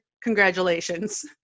congratulations